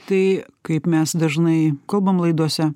tai kaip mes dažnai kalbam laidose